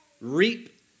reap